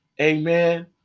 Amen